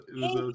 Hey